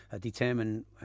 determine